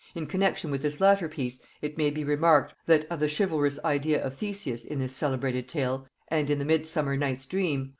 in connexion with this latter piece it may be remarked, that of the chivalrous idea of theseus in this celebrated tale and in the midsummer night's dream,